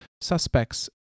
Suspects